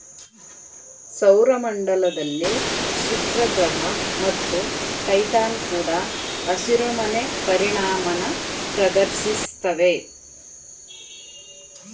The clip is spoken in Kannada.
ಸೌರ ಮಂಡಲದಲ್ಲಿ ಶುಕ್ರಗ್ರಹ ಮತ್ತು ಟೈಟಾನ್ ಕೂಡ ಹಸಿರುಮನೆ ಪರಿಣಾಮನ ಪ್ರದರ್ಶಿಸ್ತವೆ